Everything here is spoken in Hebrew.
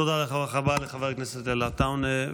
תודה רבה לך, חבר הכנסת אל עטאונה.